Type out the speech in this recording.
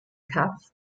cuff